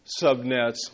subnets